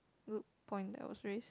good point that was raised